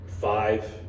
five